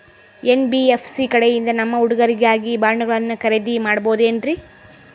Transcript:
NBFC ಕಡೆಯಿಂದ ನಮ್ಮ ಹುಡುಗರಿಗಾಗಿ ಬಾಂಡುಗಳನ್ನ ಖರೇದಿ ಮಾಡಬಹುದೇನ್ರಿ?